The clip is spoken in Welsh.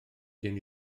gen